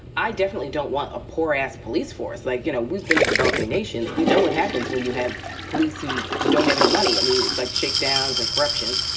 i definitely don't want a poor ass police force like, you know, we've been to developing nations. we know what happens when you have police who don't have any money. i mean, it's like shakedowns and corruptions.